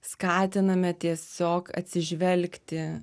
skatiname tiesiog atsižvelgti